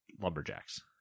lumberjacks